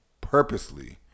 purposely